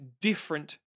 different